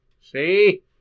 See